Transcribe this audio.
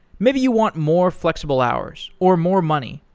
maybe you want more flexible hours, or more money,